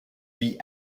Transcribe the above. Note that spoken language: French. vie